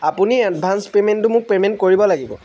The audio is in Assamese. আপুনি এডভান্স পে'মেণ্টটো মোক পে'মেণ্ট কৰিব লাগিব